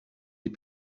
des